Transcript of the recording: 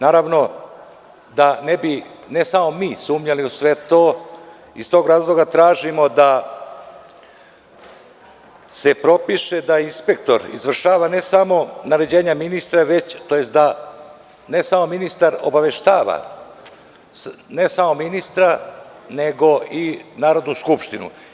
Naravno, da ne bi samo mi sumnjali u sve to iz tog razloga tražimo da se propiše da inspektor izvršava ne samo naređenja ministra tj. ne samo da ministar obaveštava ne samo ministra nego i Narodnu skupštinu.